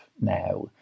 Now